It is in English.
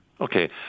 Okay